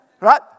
Right